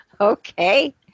Okay